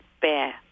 bear